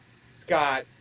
Scott